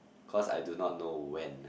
cause I do not know when